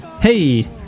Hey